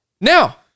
now